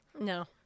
No